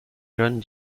jeunes